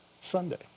Sunday